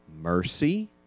Mercy